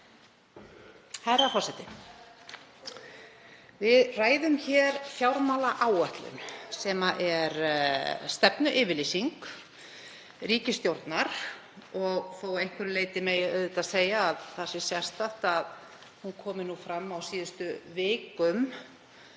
Herra forseti. Við ræðum hér fjármálaáætlun sem er stefnuyfirlýsing ríkisstjórnar. Þótt að einhverju leyti megi segja að það sé sérstakt að hún komi fram á síðustu vikum